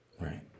Right